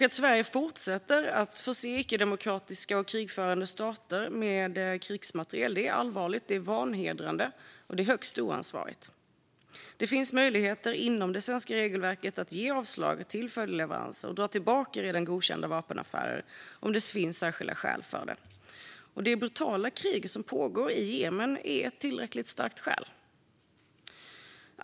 Att Sverige fortsätter att förse icke-demokratiska och krigförande stater med krigsmateriel är allvarligt, vanhedrande och högst oansvarigt. Det finns möjligheter inom det svenska regelverket att ge avslag för följdleveranser och dra tillbaka redan godkända vapenaffärer om det finns särskilda skäl för det. Det brutala krig som pågår i Jemen är ett tillräckligt starkt skäl.